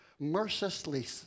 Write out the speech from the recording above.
mercilessly